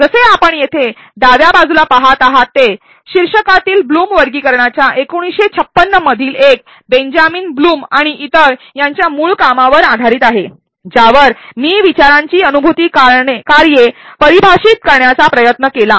जसे आपण येथे डाव्या बाजूला पहात आहात ते शीर्षकातील ब्लूम वर्गीकरणाच्या १९५६ मधील एक बेंजामिन ब्लूम आणि इतर यांच्या मूळ कामावर आधारित आहे ज्यावर मी विचारांची अनुभूती कार्ये परिभाषित करण्याचा प्रयत्न केला